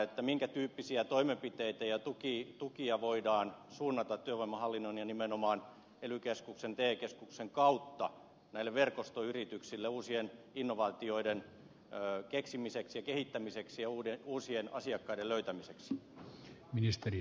minkä tyyppisiä toimenpiteitä ja tukia voidaan suunnata työvoimahallinnon ja nimenomaan ely keskuksen te keskuksen kautta näille verkostoyrityksille uusien innovaatioiden keksimiseksi ja kehittämiseksi ja uusien asiakkaiden löytämiseksi